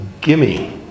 gimme